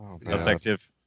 Effective